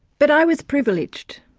but i was privileged.